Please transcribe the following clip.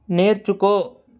నేర్చుకో